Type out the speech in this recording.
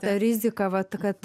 ta rizika vat kad